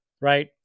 Right